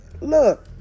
look